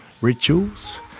rituals